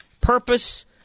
purpose